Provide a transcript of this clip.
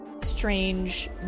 strange